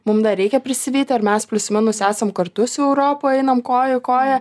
mum dar reikia prisivyti ar mes plius minus esam kartu su europa einam koja į koją